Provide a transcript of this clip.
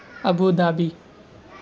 Abu Dhabi